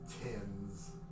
tins